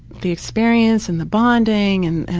the experience and the bonding and,